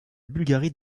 bulgarie